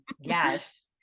Yes